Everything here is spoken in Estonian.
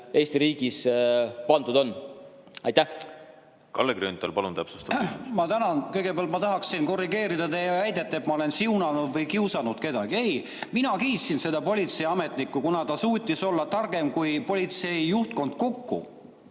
täpsustav küsimus! Kalle Grünthal, palun, täpsustav küsimus! Ma tänan! Kõigepealt ma tahaksin korrigeerida teie väidet, et ma olen siunanud või kiusanud kedagi. Ei, mina kiitsin seda politseiametnikku, kuna ta suutis olla targem kui politsei juhtkond kokku.